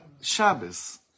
Shabbos